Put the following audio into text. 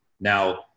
Now